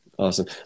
Awesome